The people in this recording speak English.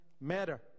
matter